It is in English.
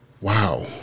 wow